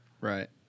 Right